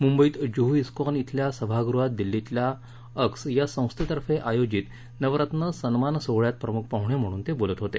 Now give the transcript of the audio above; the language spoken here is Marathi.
मुंबईत जुहू उिकॉन क्विल्या सभागृहात दिल्लीतल्या अक्स या संस्थेतर्फे आयोजित नवरत्न सन्मान सोहळ्यात प्रमुख पाहूणे म्हणून ते बोलत होते